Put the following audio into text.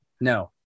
No